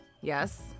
Yes